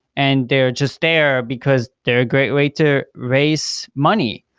and they're just there, because they're a great way to raise money.